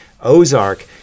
Ozark